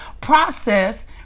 process